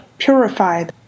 purified